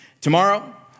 Tomorrow